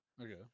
okay